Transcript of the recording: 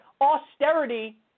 austerity